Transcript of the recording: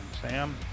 sam